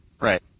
Right